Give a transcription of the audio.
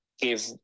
give